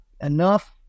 enough